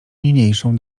niniejszą